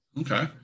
Okay